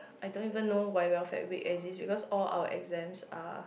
I don't even know why welfare week exist because all our exams are